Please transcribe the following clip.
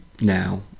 now